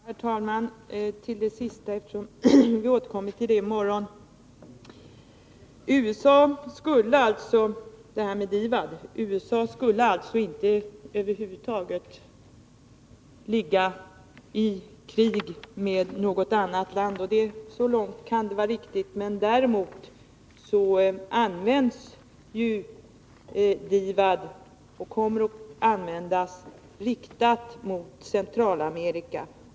Herr talman! Jag skall bara säga några ord om det Nils Svensson senast tog upp, frågan om DIVAD. Vi återkommer ju till den i morgon. USA skulle alltså inte över huvud taget ligga i krig med något annat land. Så långt kan det vara riktigt. Däremot används DIVAD och kommer att användas på så sätt att det är riktat mot Centralamerika.